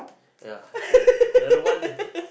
ya err another one